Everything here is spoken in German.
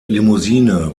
limousine